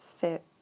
fit